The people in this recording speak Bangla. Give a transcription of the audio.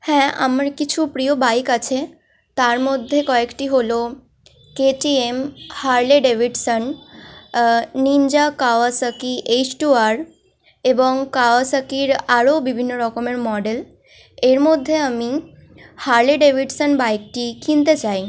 হ্যাঁ আমার কিছু প্রিয় বাইক আছে তার মধ্যে কয়েকটি হলো KTM Harley Davidson Ninja Kawasaki H two R এবং কাওয়াসাকির আরও বিভিন্ন রকমের মডেল এর মধ্যে আমি হার্লে ডেভিডসন বাইকটি কিনতে চাই